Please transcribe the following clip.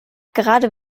gerade